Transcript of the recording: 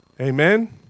Amen